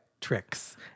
tricks